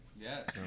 Yes